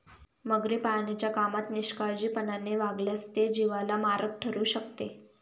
मगरी पाळण्याच्या कामात निष्काळजीपणाने वागल्यास ते जीवाला मारक ठरू शकते